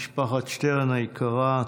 משפחת שטרן היקרה,